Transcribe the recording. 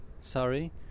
sorry